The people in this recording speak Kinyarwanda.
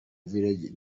village